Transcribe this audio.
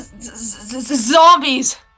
Zombies